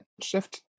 shift